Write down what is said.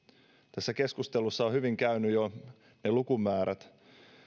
tässä keskustelussa ovat hyvin käyneet jo ilmi ne lukumäärät